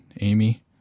Amy